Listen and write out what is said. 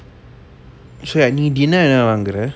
so நீ:nee dinner என்ன வாங்குற:enna vangura